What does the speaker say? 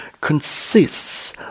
consists